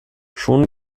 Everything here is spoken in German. schon